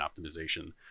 optimization